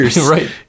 right